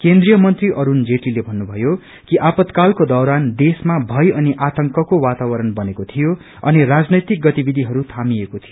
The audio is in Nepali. केनि य मंत्री अरूण जेटलीले भन्नुम्तयो कि आपातकालको दौरान देश्रमा भय अनि आतंकको वातावरण बनेको थियो अनि राजनैतिक गतिविधिहरू थामिएको थियो